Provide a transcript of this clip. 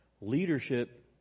Leadership